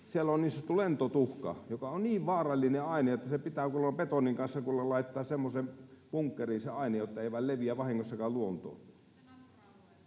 siellä on niin sanottu lentotuhka, joka on niin vaarallinen aine, että pitää kuulemma betonin kanssa laittaa semmoiseen bunkkeriin se aine, jotta ei vain leviä vahingossakaan luontoon.